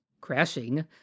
crashing